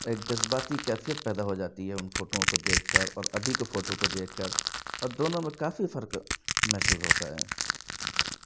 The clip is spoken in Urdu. ایک جذباتی کیفیت پیدا ہو جاتی ہے ان فوٹوؤوں کو دیکھ کر اور ابھی کے فوٹو کو دیکھ کر اور دونوں میں کافی فرق محسوس ہوتا ہے